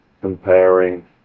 comparing